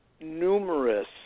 numerous